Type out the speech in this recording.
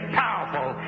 powerful